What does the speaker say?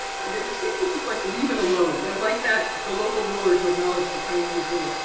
there seemed to just like, leave it alone. they would like that the local ruler to acknowledge the chinese ruler.